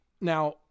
Now